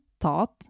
thought